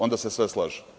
Onda se sve slaže.